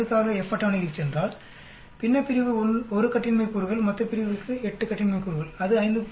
05 க்காக F அட்டவணைக்குச் சென்றால் பின்னப்பிரிவுக்கு 1 கட்டின்மை கூறுகள் மொத்தப்பிரிவுக்கு 8 கட்டின்மை கூறுகள் அது 5